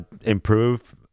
improve